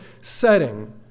setting